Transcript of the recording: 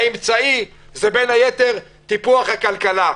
האמצעי הוא בין היתר טיפוח הכלכלה.